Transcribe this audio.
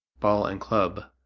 ball and club,